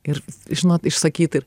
ir žinot išsakyt ir